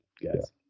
yes